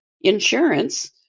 insurance